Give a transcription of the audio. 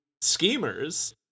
schemers